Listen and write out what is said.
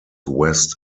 west